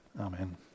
Amen